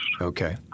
Okay